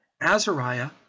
Azariah